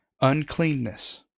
uncleanness